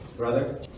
Brother